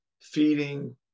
feeding